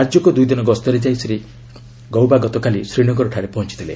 ରାଜ୍ୟକୁ ଦୁଇଦିନ ଗସ୍ତରେ ଯାଇ ଶ୍ରୀ ଗରବା ଗତକାଲି ଶ୍ରୀନଗରରେ ପହଞ୍ଚଥିଥିଲେ